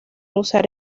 usar